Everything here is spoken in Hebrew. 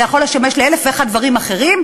זה יכול לשמש לאלף ואחד דברים אחרים,